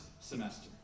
semester